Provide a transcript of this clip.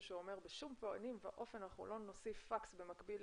שאומר שבשום פנים ואופן אנחנו לא נוסיף פקס במקביל